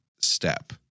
step